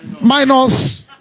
minus